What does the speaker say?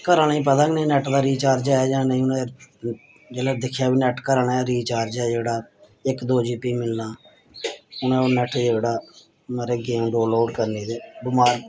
घर आह्लें गी पता गै नेईं नैट दा रिचार्ज ऐ जां नेईं इ'नें जेल्लै दिक्खेआ भई नैट घर आह्ला रिचार्ज ऐ जेह्ड़ा इक दो जी बी मिलना उ'नें ओह् नैट जेह्ड़ा महाराज गेम डाउनलोड करनी ते बमार